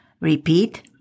Repeat